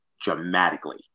dramatically